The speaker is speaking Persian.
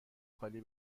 خالی